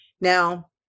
now